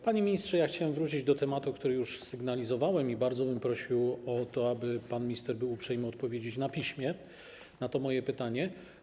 Panie ministrze, chciałem wrócić do tematu, który już sygnalizowałem, i bardzo bym prosił o to, aby pan minister był uprzejmy odpowiedzieć na piśmie na to moje pytanie.